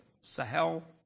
Sahel